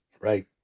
right